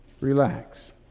relax